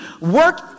work